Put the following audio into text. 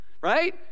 right